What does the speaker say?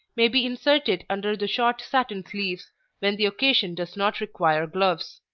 may be inserted under the short satin sleeves when the occasion does not require gloves.